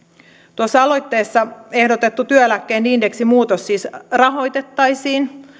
tuossa aloitteessa ehdotettu työeläkkeen indeksimuutos siis rahoitettaisiin